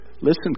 listen